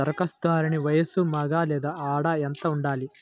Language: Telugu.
ధరఖాస్తుదారుని వయస్సు మగ లేదా ఆడ ఎంత ఉండాలి?